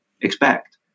expect